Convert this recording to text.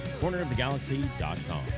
cornerofthegalaxy.com